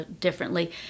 differently